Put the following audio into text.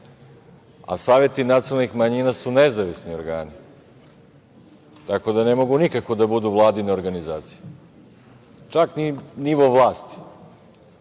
a saveti nacionalnih manjina su nezavisni organi, tako da, ne mogu nikako da budu vladine organizacije, čak ni nivo vlasti. Ali,